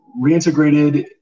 reintegrated